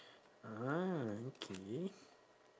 ah okay